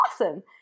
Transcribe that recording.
awesome